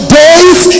days